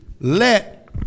let